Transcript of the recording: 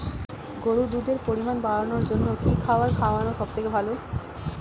গরুর দুধের পরিমাণ বাড়ানোর জন্য কি খাবার খাওয়ানো সবথেকে ভালো?